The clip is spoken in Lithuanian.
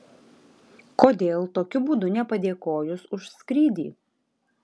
kodėl tokiu būdu nepadėkojus už skrydį